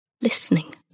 listening